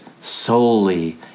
solely